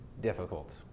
difficult